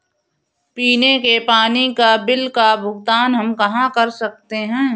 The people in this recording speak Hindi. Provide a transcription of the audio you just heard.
पीने के पानी का बिल का भुगतान हम कहाँ कर सकते हैं?